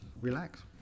relax